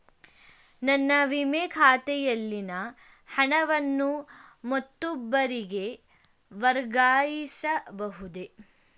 ನನ್ನ ವಿಮೆ ಖಾತೆಯಲ್ಲಿನ ಹಣವನ್ನು ಮತ್ತೊಬ್ಬರಿಗೆ ವರ್ಗಾಯಿಸ ಬಹುದೇ?